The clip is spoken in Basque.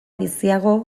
biziago